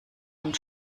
und